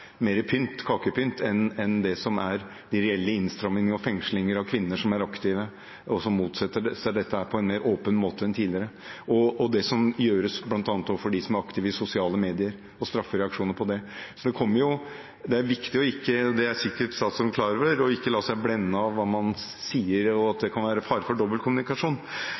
det som er de reelle innstrammingene, er fengslinger av kvinner som er aktive, og som motsetter seg dette på en mer åpen måte enn tidligere, og straffereaksjoner som gjøres bl.a. overfor dem som er aktive i sosiale medier. Så det er viktig – og det er sikkert statsråden klar over – ikke å la seg blende av hva man sier, og det kan være fare for